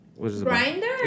grinder